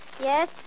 Yes